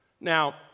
Now